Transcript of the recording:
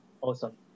Awesome